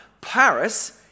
Paris